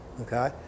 Okay